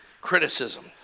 criticism